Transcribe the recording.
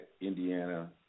Indiana